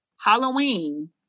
Halloween